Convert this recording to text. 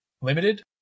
limited